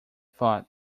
thought